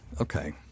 Okay